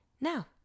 Now